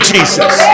Jesus